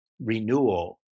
renewal